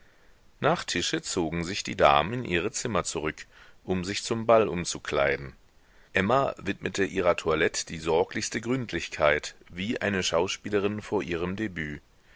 nach tische zogen sich die damen in ihre zimmer zurück um sich zum ball umzukleiden emma widmete ihrer toilette die sorglichste gründlichkeit wie eine schauspielerin vor ihrem debüt